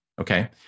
okay